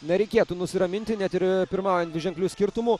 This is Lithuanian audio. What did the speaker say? nereikėtų nusiraminti net ir pirmaujant dviženkliu skirtumu